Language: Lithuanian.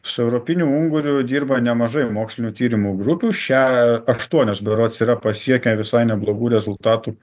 su europiniu unguriu dirba nemažai mokslinių tyrimų grupių šią aštuonios berods yra pasiekę visai neblogų rezultatų